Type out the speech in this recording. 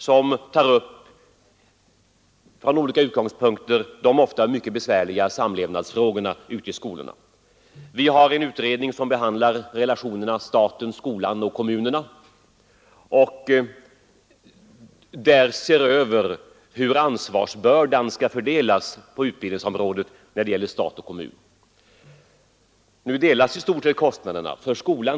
Där tas från olika utgångspunkter upp de ofta mycket besvärliga samlevnadsfrågorna ute i skolorna. Vi har en utredning som behandlar relationerna skolan, staten och kommunerna. Den ser över hur ansvarsbördan skall fördelas på utbildningsområdet mellan stat och kommuner. Nu delas i stort sett kostnaderna.